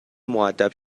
مودب